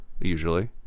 usually